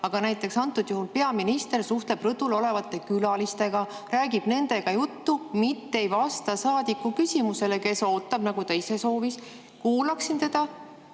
aga näiteks antud juhul peaminister suhtleb rõdul olevate külalistega, räägib nendega juttu, mitte ei vasta saadiku küsimusele, kes ootab – ta ise soovis, et kuulaksin teda